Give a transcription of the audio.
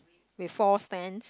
with four stands